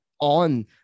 on